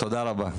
תודה רבה.